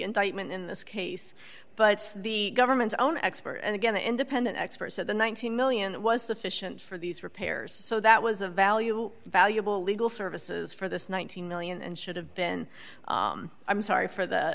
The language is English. indictment in this case but the government's own expert and again the independent experts that the one billion that was sufficient for these repairs so that was a valuable valuable legal services for this one billion and should have been i'm sorry for the